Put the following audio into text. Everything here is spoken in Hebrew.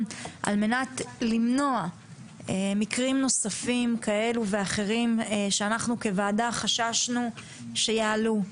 כדי למנוע מקרים נוספים שכוועדה חששנו שיעלו.